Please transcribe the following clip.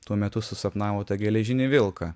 tuo metu susapnavo tą geležinį vilką